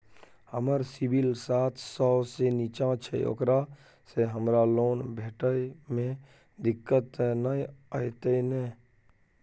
हमर सिबिल सात सौ से निचा छै ओकरा से हमरा लोन भेटय में दिक्कत त नय अयतै ने?